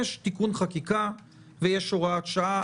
יש תיקון חקיקה ויש הוראת שעה.